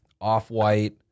Off-White